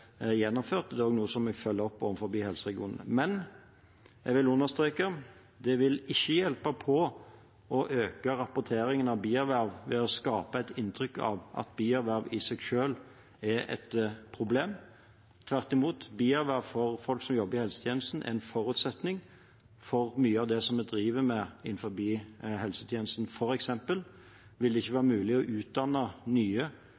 gjennomført. Det er også noe som jeg vil følge opp overfor helseregionene. Men jeg vil understreke: Det vil ikke hjelpe på å øke rapporteringen av bierverv ved å skape et inntrykk av at bierverv i seg selv er et problem. Tvert imot, bierverv for folk som jobber i helsetjenesten, er en forutsetning for mye av det som vi driver med innenfor helsetjenesten. For eksempel vil det ikke være mulig å utdanne nye